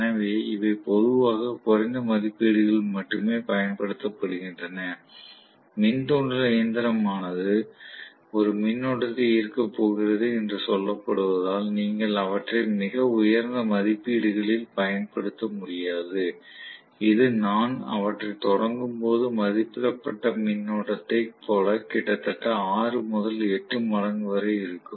எனவே இவை பொதுவாக குறைந்த மதிப்பீடுகளில் மட்டுமே பயன்படுத்தப்படுகின்றன மின் தூண்டல் இயந்திரம் ஆனது ஒரு மின்னோட்டத்தை ஈர்க்கப் போகிறது என்று சொல்லப்படுவதால் நீங்கள் அவற்றை மிக உயர்ந்த மதிப்பீடுகளில் பயன்படுத்த முடியாது இது நான் அவற்றைத் தொடங்கும்போது மதிப்பிடப்பட்ட மின்னோட்டத்தை போல கிட்டத்தட்ட 6 முதல் 8 மடங்கு வரை இருக்கும்